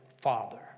Father